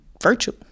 virtual